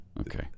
Okay